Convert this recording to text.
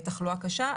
תחלואה קשה.